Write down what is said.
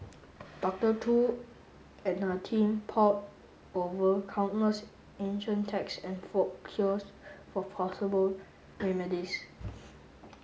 Doctor Tu and her team pored over countless ancient texts and folk cures for possible remedies